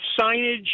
signage